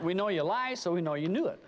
we know your lies so we know you knew it